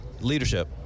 Leadership